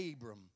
Abram